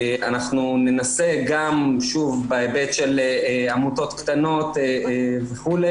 אנחנו ננסה גם בהיבט של עמותות קטנות וכו',